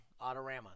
Autorama